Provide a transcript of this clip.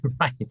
right